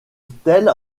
stèle